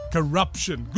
Corruption